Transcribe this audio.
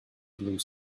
blue